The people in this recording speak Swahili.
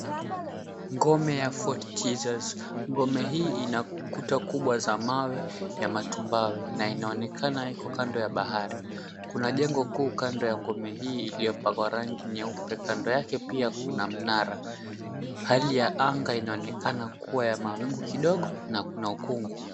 Ngome ya Fort Jesus. Ngome hii ina kuta kubwa za mawe ya matumbawe na inaonekana iko kando ya bahari. Kuna jengo kuu kando ya ngome hii iliyopangwa rangi nyeupe, kando yake pia kuna mnara. Hali ya anga inaonekana kuwa ya mawingu kidogo na kuna ukungu.